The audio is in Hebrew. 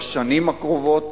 בשנים הקרובות,